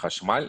חשמל.